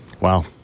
Wow